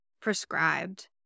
prescribed